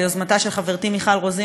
ביוזמתה של חברתי מיכל רוזין,